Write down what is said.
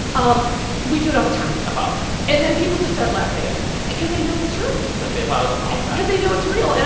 um we do it all the time apologizing and then people just start laughing because they know it's true she's like, they apologize all the time because they know it's real. and